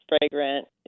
fragrant